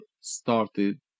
started